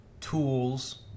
tools